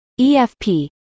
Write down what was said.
EFP